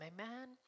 Amen